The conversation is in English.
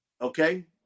Okay